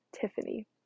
Tiffany